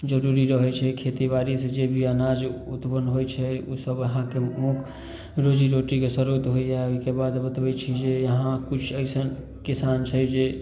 जरुरी रहै छै खेतीबाड़ी से जे भी अनाज उत्पन्न होइ छै ओ सब अहाँके रोजीरोटीके सरोत होइया ओहिके बाद बतबै छी जे यहाँ किछु अइसन किसान छै जे